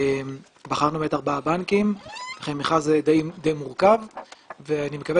בחרנו ארבעה בנקים אחרי מכרז די מורכב ואני מקווה